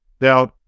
Now